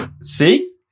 See